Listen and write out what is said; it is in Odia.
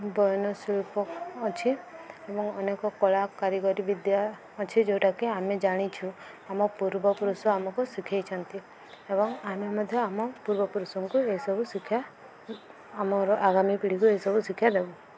ବୟନଶିଳ୍ପ ଅଛି ଏବଂ ଅନେକ କଳା କାରିଗରୀ ବିଦ୍ୟା ଅଛି ଯେଉଁଟାକି ଆମେ ଜାଣିଛୁ ଆମ ପୂର୍ବପୁରୁଷ ଆମକୁ ଶିଖେଇଛନ୍ତି ଏବଂ ଆମେ ମଧ୍ୟ ଆମ ପୂର୍ବପୁରୁଷଙ୍କୁ ଏସବୁ ଶିକ୍ଷା ଆମର ଆଗାମୀ ପିଢ଼ିକୁ ଏସବୁ ଶିକ୍ଷା ଦବୁ